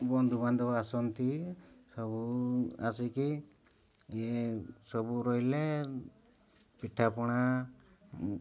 ବନ୍ଧୁବାନ୍ଧବ ଆସନ୍ତି ସବୁ ଆସିକି ଇଏ ସବୁ ରହିଲେ ପିଠାପଣା